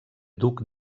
duc